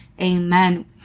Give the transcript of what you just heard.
amen